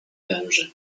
wężę